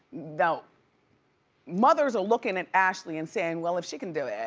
you know mothers are looking at ashley and saying, well, if she can do it,